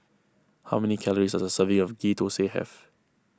how many calories does a serving of Ghee Thosai have